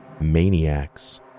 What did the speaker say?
maniacs